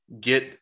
get –